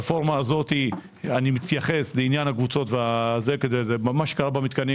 הרפורמה הזאת אני מתייחס לעניין הקבוצות כי מה שקרה במתקנים,